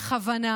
בכוונה,